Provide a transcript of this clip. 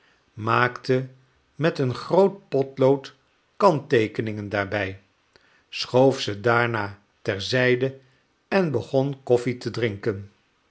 maakte met een groot potlood kantteekeningen daarbij schoof ze daarna ter zijde en begon koffie te drinken